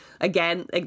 Again